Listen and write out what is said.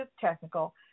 technical